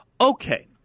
Okay